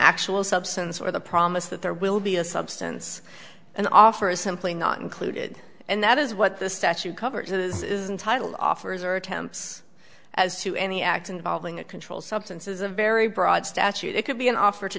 actual substance or the promise that there will be a substance an offer is simply not included and that is what the statute covers this is entitle offers or attempts as to any act involving a controlled substance is a very broad statute it could be an offer to